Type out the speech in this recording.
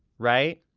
right?